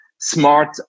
smart